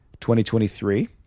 2023